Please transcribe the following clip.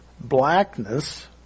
blackness